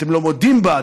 אתם לא מודים בה,